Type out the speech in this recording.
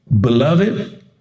Beloved